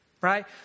right